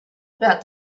about